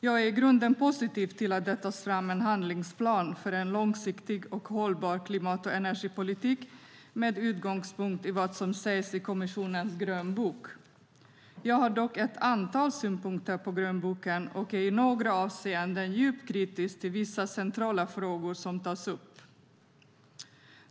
Jag är i grunden positiv till att det tas fram en handlingsplan för en långsiktig och hållbar klimat och energipolitik med utgångspunkt i vad som sägs i kommissionens grönbok. Jag har dock ett antal synpunkter på grönboken och är i några avseenden djupt kritisk till vissa centrala frågor som tas upp.